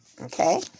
Okay